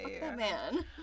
man